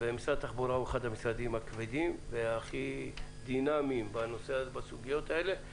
ומשרד התחבורה הוא אחד המשרדים הכבדים והכי דינמיים בסוגיות האלה,